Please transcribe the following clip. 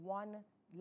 one-